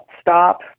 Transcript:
stop